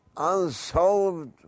unsolved